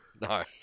No